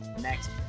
next